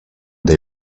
they